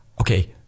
okay